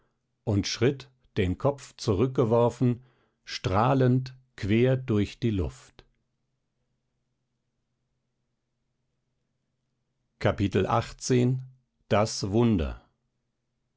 und schritt den kopf zurückgeworfen strahlend quer durch die luft